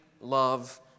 love